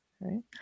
right